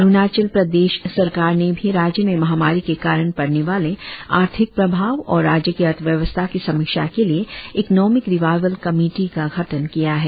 अरुणाचल प्रदेश सरकार ने भी राज्य में महामारी के कारण पडने वाले आर्थिक प्रभाव और राज्य की अर्थव्यवस्था की समीक्षा के लिए इकनॉमिक रिवाइवल कमेटी का गठन किया है